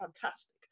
fantastic